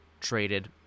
traded